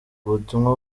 ubutumwa